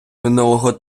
минулого